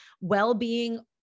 well-being